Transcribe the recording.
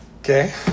Okay